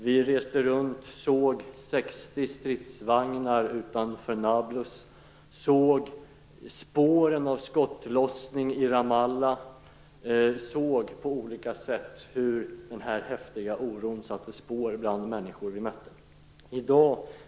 Vi reste runt och såg 60 stridsvagnar utanför Nablus, spåren av skottlossning i Ramallah, hur den här häftiga oron på olika sätt satte spår bland människor som vi mötte.